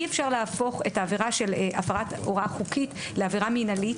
אי אפשר להפוך את העבירה של הפרת הוראה חוקית לעבירה מינהלית,